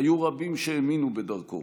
היו רבים שהאמינו בדרכו,